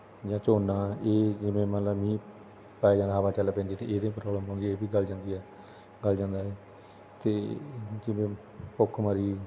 ਜਾਂ ਝੋਨਾ ਇਹ ਜਿਵੇਂ ਮਤਲਬ ਮੀਂਹ ਪੈ ਜਾਂਦਾ ਹਵਾ ਚੱਲ ਪੈਂਦੀ ਅਤੇ ਇਹਦੇ ਪ੍ਰੋਬਲਮ ਆਉਂਦੀ ਹੈ ਇਹ ਵੀ ਗਲ ਜਾਂਦੀ ਹੈ ਗਲ ਜਾਂਦਾ ਹੈ ਅਤੇ ਜਿਵੇਂ ਭੁੱਖਮਰੀ